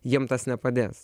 jiem tas nepadės